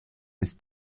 ist